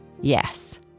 Yes